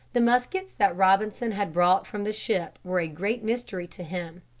the muskets that robinson had brought from the ship were a great mystery to him.